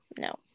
no